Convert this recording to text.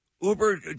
Uber